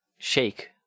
shake